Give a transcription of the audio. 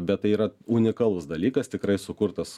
bet tai yra unikalus dalykas tikrai sukurtas